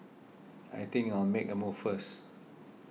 I think I'll make a move first